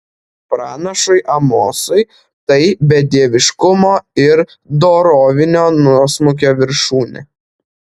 pranašui amosui tai bedieviškumo ir dorovinio nuosmukio viršūnė